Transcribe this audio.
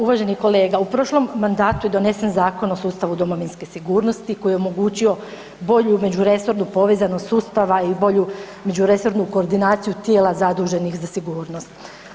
Uvaženi kolega, u prošlom mandatu je donesen Zakon o sustavu domovinske sigurnosti koji je omogućio bolju međuresornu povezanost sustava i bolju međuresornu koordinaciju tijela zaduženih za sigurnost.